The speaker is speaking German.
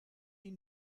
die